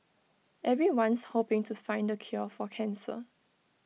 everyone's hoping to find the cure for cancer